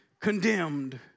condemned